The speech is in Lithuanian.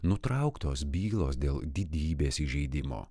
nutrauktos bylos dėl didybės įžeidimo